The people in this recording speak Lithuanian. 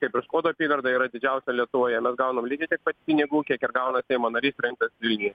kaip ir skuodo apygarda yra didžiausia lietuvoje mes gaunam lygiai tiek pat pinigų kiek ir gauna siemo narys rinktas vilniuje